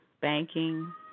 banking